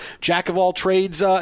jack-of-all-trades